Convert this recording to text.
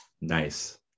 nice